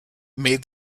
made